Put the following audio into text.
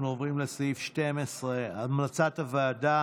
אנחנו עוברים לסעיף 12, המלצת הוועדה